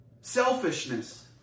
Selfishness